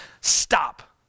stop